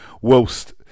whilst